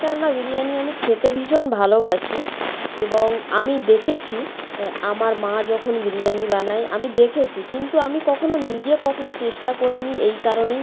কেননা বিরিয়ানি আমি খেতে ভীষণ ভালোবাসি এবং আমি দেখেছি আমার মা যখন বিরিয়ানি বানায় আমি দেখেছি কিন্তু আমি কখনো নিজে কখনো চেষ্টা করি নি এই কারণেই